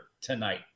tonight